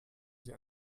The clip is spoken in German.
sie